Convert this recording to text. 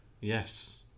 Yes